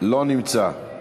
לא נמצא.